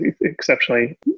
exceptionally